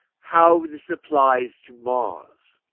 how this applies to mars.